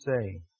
say